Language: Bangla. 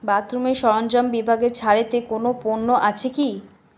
বাথরুমের সরঞ্জাম বিভাগে ছাড়েতে কোনও পণ্য আছে কি